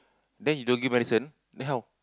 then you don't get medicine then how